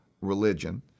religion